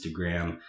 Instagram